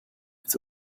als